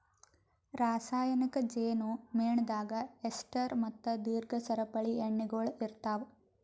ರಾಸಾಯನಿಕ್ ಜೇನು ಮೇಣದಾಗ್ ಎಸ್ಟರ್ ಮತ್ತ ದೀರ್ಘ ಸರಪಳಿ ಎಣ್ಣೆಗೊಳ್ ಇರ್ತಾವ್